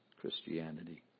Christianity